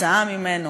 וכתוצאה ממנו